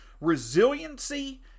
Resiliency